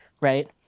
right